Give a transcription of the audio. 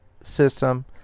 system